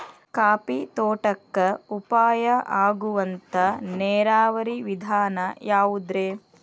Coffee ತೋಟಕ್ಕ ಉಪಾಯ ಆಗುವಂತ ನೇರಾವರಿ ವಿಧಾನ ಯಾವುದ್ರೇ?